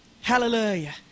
hallelujah